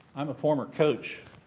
i'm a former coach.